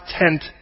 tent